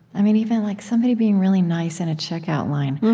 um even like somebody being really nice in a checkout line,